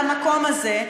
על המקום הזה,